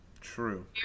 true